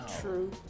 True